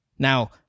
Now